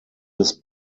des